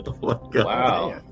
Wow